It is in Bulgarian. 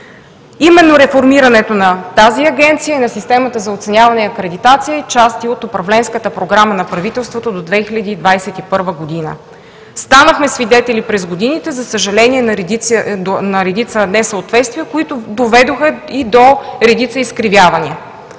именно реформирането на тази агенция и на системата за оценяване и акредитация е част и от Управленската програма на правителството до 2021 г. Станахме свидетели през годините, за съжаление, на редица несъответствия, които доведоха и до редица изкривявания.